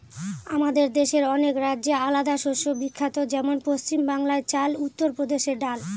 আমাদের দেশের অনেক রাজ্যে আলাদা শস্য বিখ্যাত যেমন পশ্চিম বাংলায় চাল, উত্তর প্রদেশে ডাল